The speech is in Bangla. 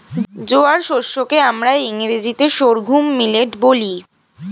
জোয়ার শস্য কে আমরা ইংরেজিতে সর্ঘুম মিলেট বলি